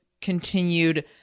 continued